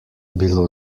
bilo